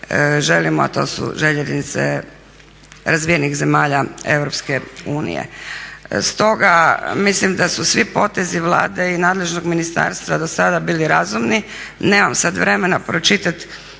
a to su željeznice razvijenih zemalja EU. Stoga mislim da su svi potezi Vlade i nadležnog ministarstva do sada bili razumni. Nemam sad vremena pročitati